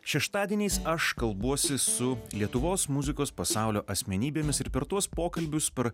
šeštadieniais aš kalbuosi su lietuvos muzikos pasaulio asmenybėmis ir per tuos pokalbius per